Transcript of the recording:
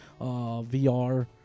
VR